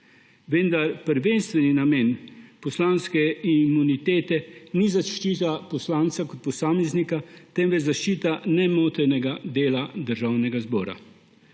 vendar prvenstveni namen poslanske imunitete ni zaščita poslanca kot posameznika, temveč zaščita nemotenega dela Državnega zbora.